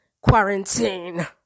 quarantine